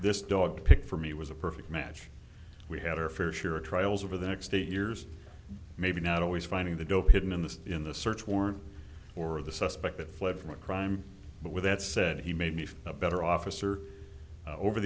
this dog to pick for me was a perfect match we had our fair share of trials over the next eight years maybe not always finding the dope hidden in the in the search warrant or the suspect fled from a crime but with that said he made me feel better officer over